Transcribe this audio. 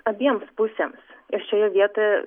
abiems pusėms ir šioje vietoje